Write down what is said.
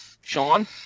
Sean